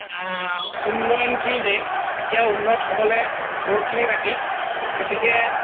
উন্নয়নশীল দেশ এতিয়াও উন্নত হ'বলৈ বহুতখিনি বাকী গতিকে